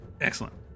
Excellent